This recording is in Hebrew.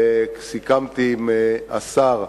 סיכמתי עם השר,